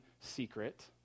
secret